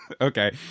Okay